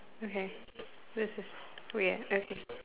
okay this is weird okay